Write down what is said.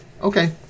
okay